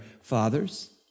fathers